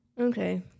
Okay